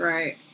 Right